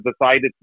decided